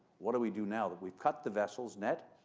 what do we do now that we've cut the vessel's net,